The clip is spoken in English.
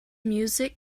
music